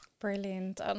Brilliant